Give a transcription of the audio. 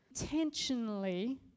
Intentionally